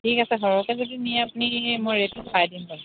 ঠিক আছে ঘৰতে যদি নিয় আপুনি মই ৰেটটো চাই দিম বাৰু